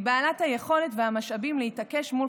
היא בעלת היכולת והמשאבים להתעקש מול